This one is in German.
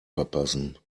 verpassen